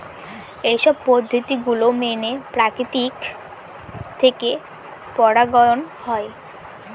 এইসব পদ্ধতি গুলো মেনে প্রকৃতি থেকে পরাগায়ন হয়